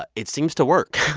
ah it seems to work.